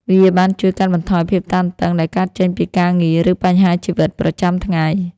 វាបានជួយកាត់បន្ថយភាពតានតឹងដែលកើតចេញពីការងារ ឬបញ្ហាជីវិតប្រចាំថ្ងៃ។